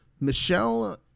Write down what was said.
Michelle